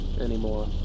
anymore